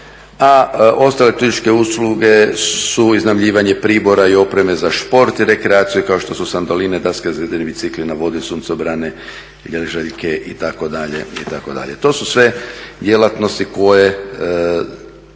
a ostale turističke usluge su iznajmljivanje pribora i opreme za šport i rekreaciju kao što su sandoline, daske za … na vodi, bicikli, suncobrane, ležaljke, itd., itd., To su sve djelatnosti koje